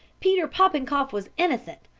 peter popenkoff was innocent.